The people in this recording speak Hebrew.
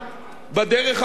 בדרך הבאה: